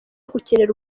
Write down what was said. gukinira